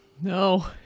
No